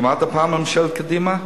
שמעת פעם על ממשלת קדימה?